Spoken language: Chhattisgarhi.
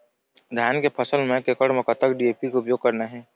धान के फसल म एक एकड़ म कतक डी.ए.पी के उपयोग करना हे?